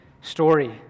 story